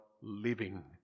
living